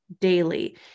daily